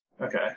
Okay